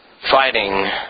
fighting